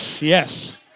Yes